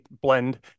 blend